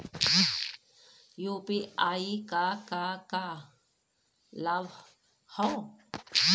UPI क का का लाभ हव?